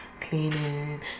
cleaning